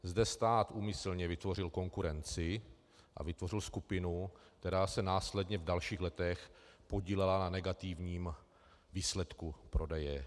Zde stát úmyslně vytvořil konkurenci a vytvořil skupinu, která se následně v dalších letech podílela na negativním výsledku prodeje OKD.